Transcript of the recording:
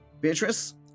Beatrice